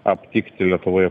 aptikti lietuvoje